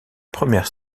première